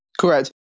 Correct